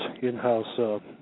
in-house